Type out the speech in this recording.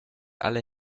alle